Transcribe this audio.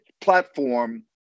platform